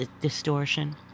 distortion